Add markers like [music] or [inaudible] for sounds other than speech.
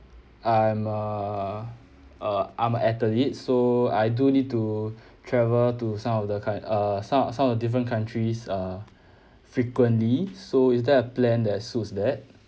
I'm a uh I'm a athlete so I do need to [breath] travel to some of the coun~ uh some some of the different countries uh [breath] frequently so is there a plan that suits that